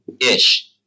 Ish